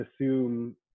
assume